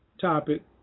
topic